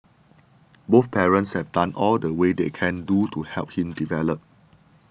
both parents have done all the way they can do to help him develop